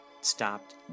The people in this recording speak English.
stopped